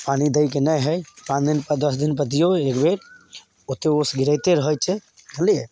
पानी दैके नहि हइ पाँच दिनपर दस दिनपर दिऔ एकबेर ओ तऽ ओस गिरिते रहै छै जानलिए